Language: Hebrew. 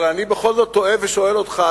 אבל אני בכל זאת תוהה ושואל אותך,